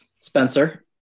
Spencer